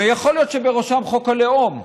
ויכול להיות שבראשם חוק הלאום,